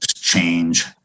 change